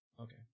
Okay